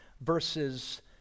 verses